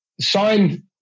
signed